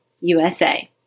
USA